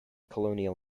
colonial